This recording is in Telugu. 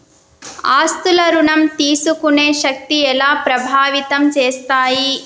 ఆస్తుల ఋణం తీసుకునే శక్తి ఎలా ప్రభావితం చేస్తాయి?